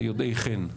של יודעי ח"ן.